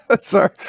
Sorry